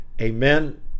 amen